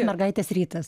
mergaitės rytas